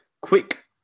Quick